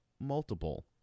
multiple